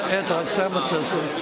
anti-Semitism